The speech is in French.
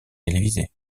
télévisées